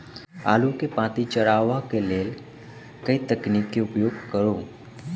आलु केँ पांति चरावह केँ लेल केँ तकनीक केँ उपयोग करऽ?